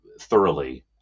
thoroughly